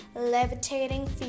levitating